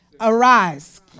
Arise